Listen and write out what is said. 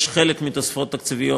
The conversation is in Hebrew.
חלק מהתוספות התקציביות,